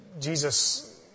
Jesus